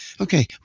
Okay